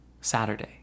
Saturday